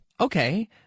Okay